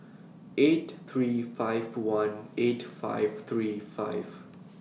eight three five one eight five three five